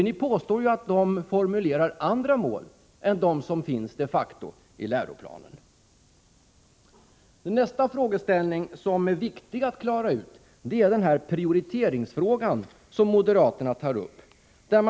Ni påstår ju att de formulerar andra mål än de som de facto finns i läroplanen. Nästa frågeställning som är viktig att klara ut är den prioriteringsfråga som moderaterna tar upp.